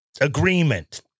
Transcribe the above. agreement